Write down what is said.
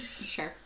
sure